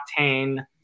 octane